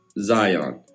Zion